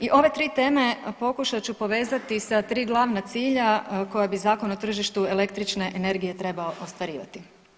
I ove tri teme pokušat ću povezati sa tri glavna cilja koja bi Zakon o tržištu električne energije trebao ostvarivati.